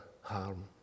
harm